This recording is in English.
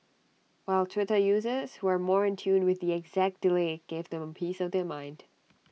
while Twitter users who were more in tune with the exact delay gave them A piece of their mind